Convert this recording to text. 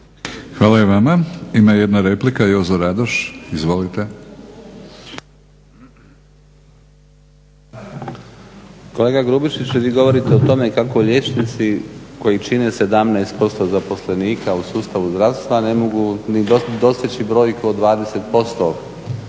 Hvala i vama. Ima jedna replika Jozo Radoš, izvolite. **Radoš, Jozo (HNS)** Kolega Grubišić, vi govorite o tome kako liječnici koji čine 17% zaposlenika u sustavu zdravstva ne mogu ni doseći brojku od 20%